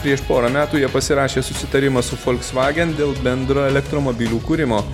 prieš porą metų jie pasirašė susitarimą su folksvagen dėl bendro elektromobilių kūrimo